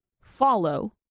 follow